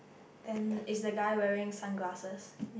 then is the guy wearing sunglasses